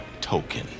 token